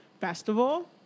festival